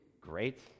great